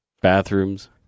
Bathrooms